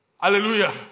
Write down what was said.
Hallelujah